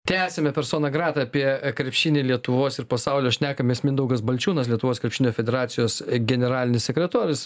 tęsiame persona grata apie krepšinį lietuvos ir pasaulio šnekamės mindaugas balčiūnas lietuvos krepšinio federacijos generalinis sekretorius